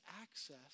access